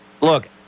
Look